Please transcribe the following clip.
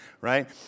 right